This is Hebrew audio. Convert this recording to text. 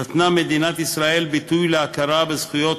נתנה מדינת ישראל ביטוי להכרה בזכויות